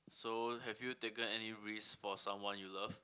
so have you taken any risk for someone you love